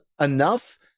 enough